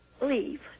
leave